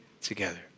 together